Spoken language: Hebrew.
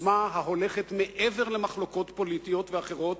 עוצמה ההולכת מעבר למחלוקות פוליטיות ואחרות,